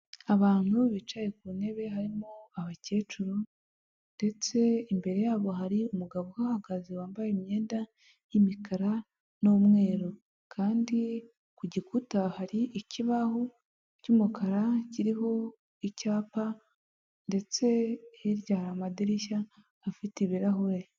Abantu bicaye ku ntebe harimo abakecuru ndetse imbere yabo hari umugabo uhagaze wambaye imyenda y'imikara n'umweru kandi ku gikuta hari ikibaho cy'umukara kiriho icyapa ndetse hirya hari amadirishya afite ibirahure.